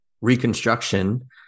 Reconstruction